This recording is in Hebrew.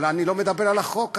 אבל אני לא מדבר על החוק הזה,